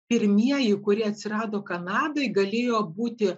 pirmieji kurie atsirado kanadoj galėjo būti